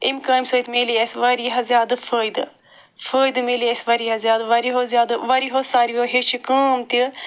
اَمہِ کامہِ سۭتۍ مِلے اَسہِ واریاہ زیادٕ فٲیدٕ فٲیدٕ مِلے اَسہِ واریاہ زیادٕ واریِہو زیادٕ واریِہو ساروٕیو ہیٚچھ یہِ کٲم تہِ